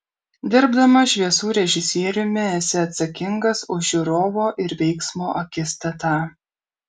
dirbdamas šviesų režisieriumi esi atsakingas už žiūrovo ir veiksmo akistatą